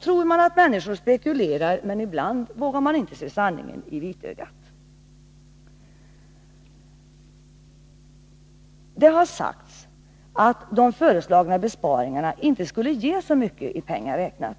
tror de att människor spekulerar, ibland vågar de inte se sanningen i vitögat. Det har sagts att de föreslagna besparingarna inte skulle ge så mycket i pengar räknat.